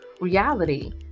reality